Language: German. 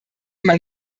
man